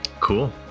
Cool